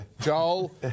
Joel